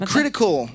critical